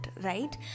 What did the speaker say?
right